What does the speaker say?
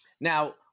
Now